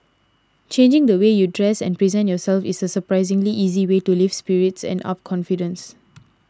changing the way you dress and present yourself is a surprisingly easy way to lift spirits and up confidence